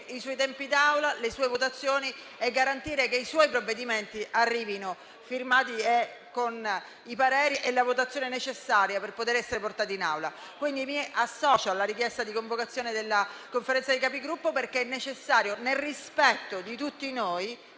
i suoi tempi d'Aula e le sue votazioni e garantire che i suoi provvedimenti arrivino firmati, con i pareri e con i voti necessari per essere portati in Aula. Quindi mi associo alla richiesta di convocazione della Conferenza dei Capigruppo, perché è necessario, nel rispetto di tutti noi,